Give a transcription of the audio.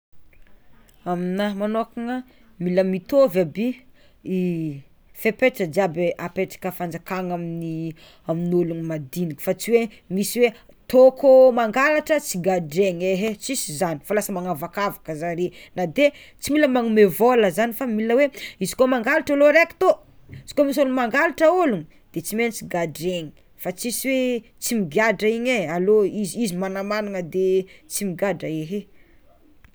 Aminaha magnokana mila mitôvy aby fepetra jiaby apetraka fanjakana amin'ny amin'ologno madinika, fa tsy hoe misy hoe tô koa mangalatra tsy gadregny ehe tsisy zany fa lasa magnavakavaka zare, na de tsy mila manome vôla zany, fa mila hoe izy koa mangalatra olo araiky tô, izy koa misy olo mangalatra ologno de tsy maintsy gadregny fa tsisy hoe tsy migadra igny e alô izy izy magnamagnana de tsy migadra ehe.